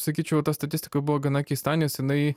sakyčiau ta statistika buvo gana keista nes jinai